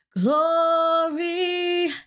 glory